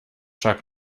chuck